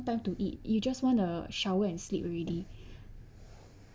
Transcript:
time to eat you just want to shower and sleep already